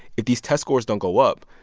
if these test scores don't go up,